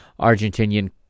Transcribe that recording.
argentinian